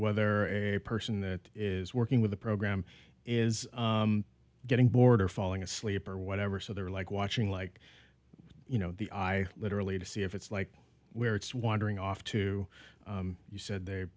whether a person that is working with the program is getting bored or falling asleep or whatever so they're like watching like you know the i literally to see if it's like where it's wandering off to you said they